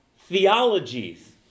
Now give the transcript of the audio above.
theologies